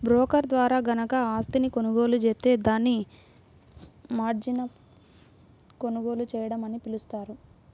broker ద్వారా గనక ఆస్తిని కొనుగోలు జేత్తే దాన్ని మార్జిన్పై కొనుగోలు చేయడం అని పిలుస్తారు